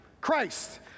Christ